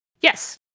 Yes